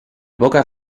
pocas